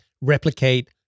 Replicate